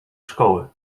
szkoły